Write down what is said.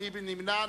מי נמנע?